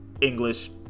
English